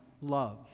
love